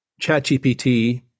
ChatGPT